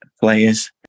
players